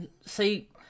see